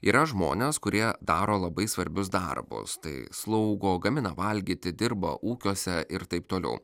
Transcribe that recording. yra žmonės kurie daro labai svarbius darbus tai slaugo gamina valgyti dirba ūkiuose ir taip toliau